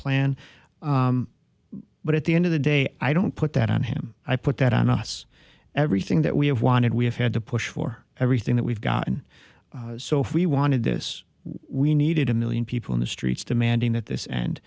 plan but at the end of the day i don't put that on him i put that on us everything that we have wanted we have had to push for everything that we've gotten so if we wanted this we needed a million people in the streets demanding at this and